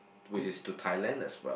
which is to Thailand as well